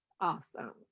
Awesome